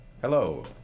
Hello